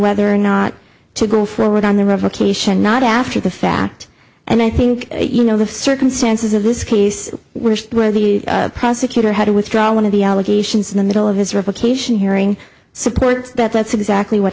whether or not to go forward on the revocation not after the fact and i think you know the circumstances of this case where the prosecutor had to withdraw one of the allegations in the middle of his revocation hearing supports that that's exactly what